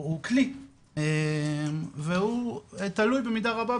הוא כלי והוא תלוי במידה רבה,